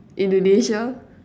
Indonesia